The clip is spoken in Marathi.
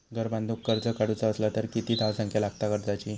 घर बांधूक कर्ज काढूचा असला तर किती धावसंख्या लागता कर्जाची?